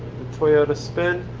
toyota spin.